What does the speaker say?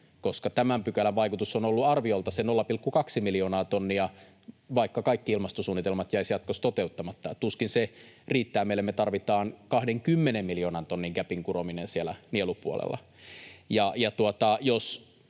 koska tämän pykälän vaikutus on ollut arviolta se 0,2 miljoonaa tonnia, vaikka kaikki ilmastosuunnitelmat jäisivät jatkossa toteuttamatta. Tuskin se riittää meille. Me tarvitaan 20 miljoonan tonnin gäpin kurominen siellä nielupuolella.